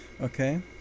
okay